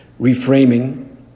reframing